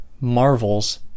marvels